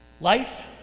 Life